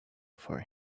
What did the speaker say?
for